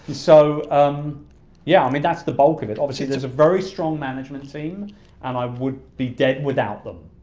so, um yeah i mean that's the bulk of it. obviously, there's a very strong management team and i would be dead without them.